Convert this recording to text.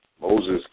Moses